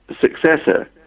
successor